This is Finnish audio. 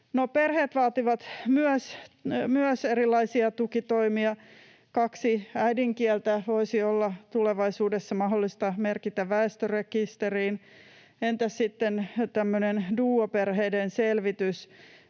perheet vaativat myös erilaisia tukitoimia. Kaksi äidinkieltä voisi olla tulevaisuudessa mahdollista merkitä väestörekisteriin. Entäs sitten tämmöinen duoperheiden selvitys?